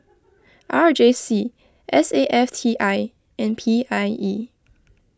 R J C S A F T I and P I E